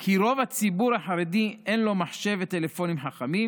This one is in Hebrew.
כי רוב לציבור החרדי אין מחשב וטלפונים חכמים,